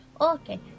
okay